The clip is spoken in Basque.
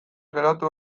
geratu